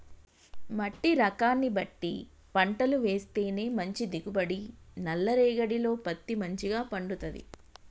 మట్టి రకాన్ని బట్టి పంటలు వేస్తేనే మంచి దిగుబడి, నల్ల రేగఢీలో పత్తి మంచిగ పండుతది